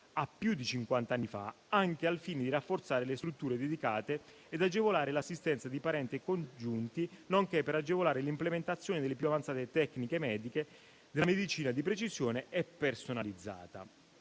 a più di cinquanta anni fa, anche al fine di rafforzare le strutture dedicate ed agevolare l'assistenza di parenti e congiunti, nonché per agevolare l'implementazione delle più avanzate tecniche mediche della medicina di precisione e personalizzata».